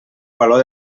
valor